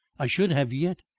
i should have yet,